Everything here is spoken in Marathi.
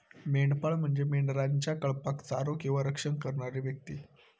मेंढपाळ म्हणजे मेंढरांच्या कळपाक चारो किंवा रक्षण करणारी व्यक्ती